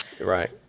Right